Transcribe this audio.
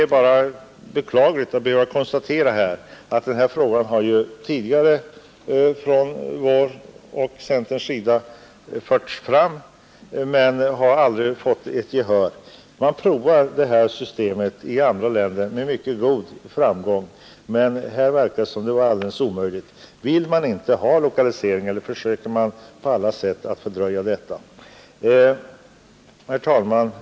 Det är beklagligt att behöva konstatera att denna tanke, som tidigare förts fram från vår sida, aldrig har fått gehör. Systemet har prövats i andra länder med mycket stor framgång, men här verkar det som om det skulle vara alldeles omöjligt. Vill man inte ha någon lokalisering, eller försöker man på alla sätt fördröja den? Herr talman!